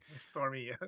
Stormy